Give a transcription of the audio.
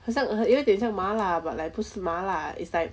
很像有点像麻辣 but like 不是麻辣 it's like